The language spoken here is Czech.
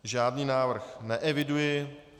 Žádný návrh neeviduji.